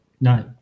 No